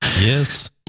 Yes